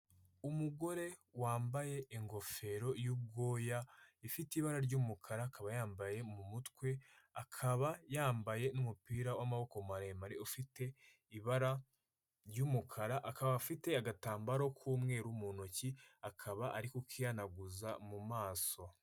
Umugore wambaye ingofero y'ubwoya, ifite ibara ry'umukara, akaba ayambaye mu mutwe, akaba yambaye n'umupira w'amaboko maremare ufite ibara ry'umukara, akaba afite agatambaro k'umweru mu ntoki, akaba ari kukihanaguza mu maso.